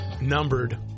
numbered